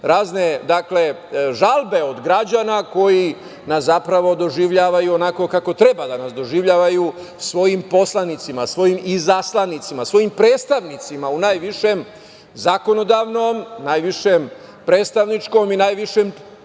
razne žalbe od građana koji nas zapravo doživljavaju onako kako treba da nas doživljavaju, svojim poslanicima, svojim izaslanicima, svojim predstavnicima u najvišem zakonodavnom, najvišem predstavničkom i najvišem